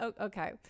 okay